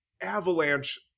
Avalanche